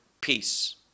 peace